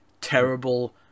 terrible